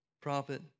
prophet